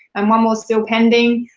and one more still pending.